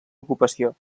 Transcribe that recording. ocupació